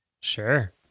Sure